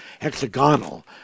hexagonal